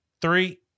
three